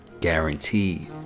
guaranteed